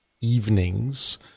evenings